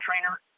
trainer